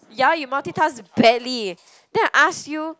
ya you multitask badly then I ask you